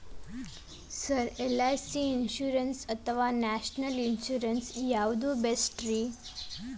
Sir L I C insurance ಅಥವಾ national insurance ಯಾವುದು ಬೆಸ್ಟ್ರಿ?